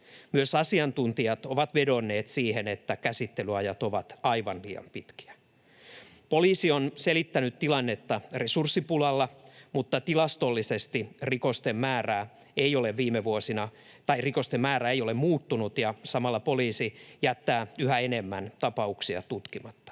Myös asiantuntijat ovat vedonneet siihen, että käsittelyajat ovat aivan liian pitkiä. Poliisi on selittänyt tilannetta resurssipulalla, mutta tilastollisesti rikosten määrä ei ole viime vuosina muuttunut, ja samalla poliisi jättää yhä enemmän tapauksia tutkimatta.